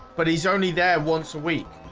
but he's only there once a week